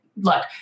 Look